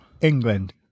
England